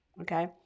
okay